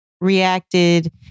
reacted